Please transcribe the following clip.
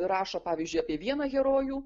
rašo pavyzdžiui apie vieną herojų